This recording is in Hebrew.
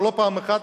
ולא פעם אחת,